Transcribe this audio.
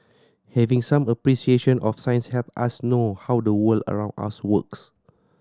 having some appreciation of science help us know how the world around us works